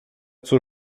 zur